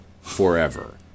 forever